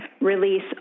release